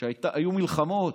כשהיו מלחמות,